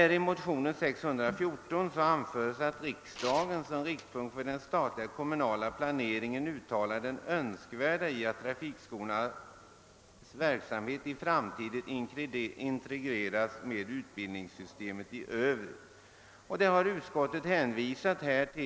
I motionen II: 614 anföres att riksdagen som riktpunkt för den statliga och kommunala planeringen måtte uttala det önskvärda i att trafikskolornas verksamhet i framtiden integreras med utbildningssystemet i övrigt. Utskottet har därvidlag hänvisat till propositionen 55 av år 1967.